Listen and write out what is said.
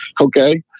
Okay